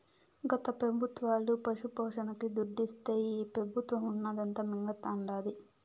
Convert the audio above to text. గత పెబుత్వాలు పశుపోషణకి దుడ్డిస్తే ఈ పెబుత్వం ఉన్నదంతా మింగతండాది